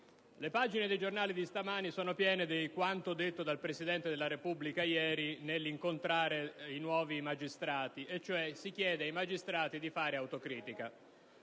le pagine dei giornali di stamani sono piene di quanto detto dal Presidente della Repubblica ieri nell'incontrare i nuovi magistrati: in sostanza, si chiede ai magistrati di fare autocritica.